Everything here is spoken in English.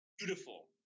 beautiful